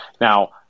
Now